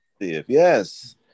Yes